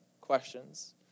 questions